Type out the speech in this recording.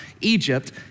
Egypt